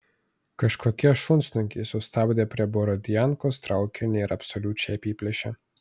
kažkokie šunsnukiai sustabdė prie borodiankos traukinį ir absoliučiai apiplėšė